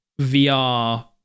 VR